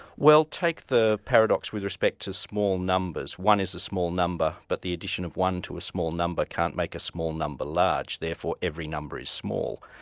well, take the paradox with respect to small numbers. one is a small number, but the addition of one to a small number can't make a small number large, therefore every number is small.